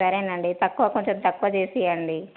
సరేనండి తక్కువ కొంచెం తక్కువ చేసి ఇవ్వండి